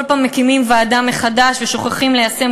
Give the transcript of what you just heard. בכל פעם מקימים ועדה מחדש ושוכחים ליישם